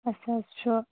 شیٚے ساس چھُ